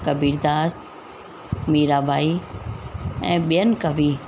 कबीरदास मीराबाई ऐं ॿियनि कवि